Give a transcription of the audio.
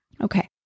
Okay